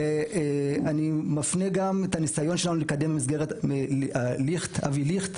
ואני מפנה גם את הניסיון שלנו לקדם במסגרת אבי ליכט,